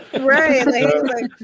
Right